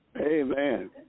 Amen